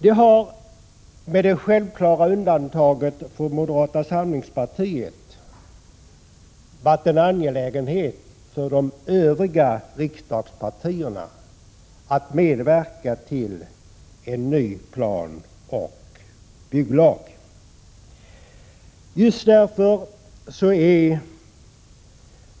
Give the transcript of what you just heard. Det har, med det självklara undantaget för moderata samlingspartiet, varit en angelägenhet för riksdagspartierna att medverka till en ny planoch bygglag. Just därför är